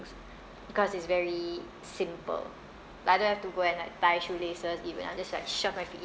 because it's very simple like I don't have to go and like tie shoe laces even I just like shove my feet in